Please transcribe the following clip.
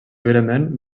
lliurement